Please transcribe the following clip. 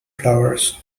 flowers